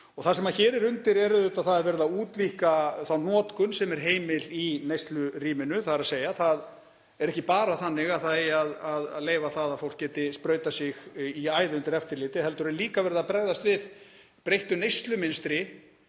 Það sem hér er undir er að það er verið að útvíkka þá notkun sem er heimil í neyslurýminu. Það er ekki bara þannig að það eigi að leyfa það að fólk geti sprautað sig í æð undir eftirliti heldur er líka verið að bregðast við breyttu neyslumynstri